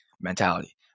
mentality